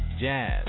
jazz